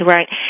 Right